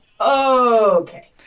Okay